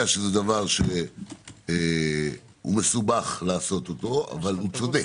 אני יודע שזה דבר שמסובך לעשותו אבל הוא צודק,